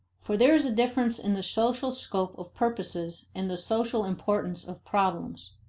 for there is a difference in the social scope of purposes and the social importance of problems.